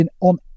on